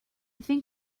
think